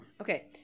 Okay